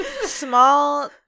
Small